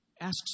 asks